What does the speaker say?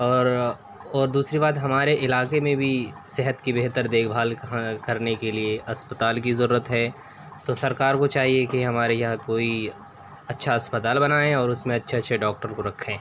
اور اور دوسری بات ہمارے علاقے میں بھی صحت کی بہتر دیکھ بھال کرنے کے لیے اسپتال کی ضرورت ہے تو سرکار کو چاہیے کہ ہمارے یہاں کوئی اچھا اسپتال بنائے اور اس میں اچھے اچھے ڈاکٹر کو رکھیں